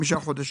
5 חודשים.